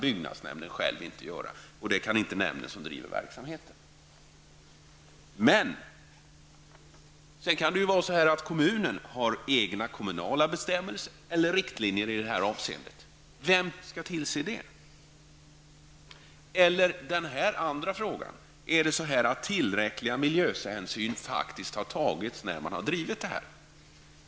Byggnadsnämnden kan inte göra det själv, och det kan inte nämnden som driver verksamheten heller. Kommunen kan ha egna kommunala bestämmelser eller riktlinjer i det här avseendet. Vem skall tillse att de följs? Den andra frågan gäller om tillräcklig miljöhänsyn faktiskt har tagits när man har drivit detta.